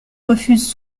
refusent